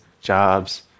jobs